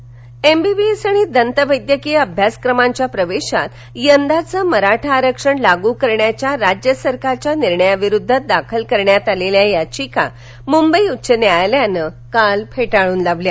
आरक्षण एमबीबीएस आणि दंतवैद्यकीय अभ्यासक्रमांच्या प्रवेशात यंदाचं मराठा आरक्षण लाग करण्याच्या राज्य सरकारच्या निर्णया विरुद्ध दाखल करण्यात आलेल्या याचिका मुंबई उच्च न्यायालयानं काल फेटाळून लावल्या